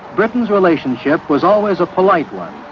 britain's relationship was always a polite one,